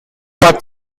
path